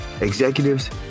executives